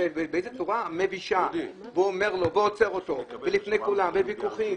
באיזו צורה מבישה הפקח עוצר אדם לפני כולם ומתנהלים ויכוחים.